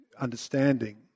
understanding